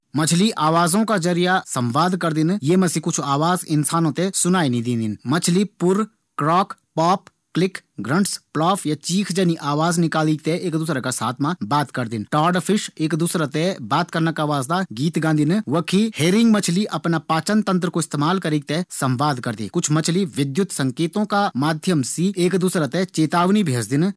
मछली आवाजों का जरिया संवाद करदिन। ये मा से कुछ आवाज इंसानों थें सुणाये नी देंदी। मछली पुर, क्रॉक, प्रॉक, क्लिक, ग्रंट्स, प्लॉफ या चीख जनी आवाज निकालिक बात करदिन। टॉड फिश गीत गैक बातचीत करदिन। वखी हेरिंग मछली अफणा पाचन तंत्र कू इस्तेमाल करीक संवाद करदिन। कुछ मछली विद्युत् संकेतों का माध्यम से एक दूसरा थें चेतावनी भेजदिन।